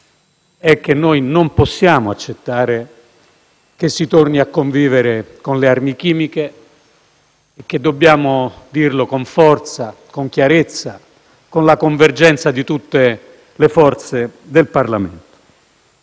è che non possiamo accettare che si torni a convivere con le armi chimiche. Dobbiamo dirlo con forza, con chiarezza e con la convergenza di tutte le forze del Parlamento.